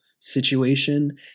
situation